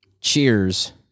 cheers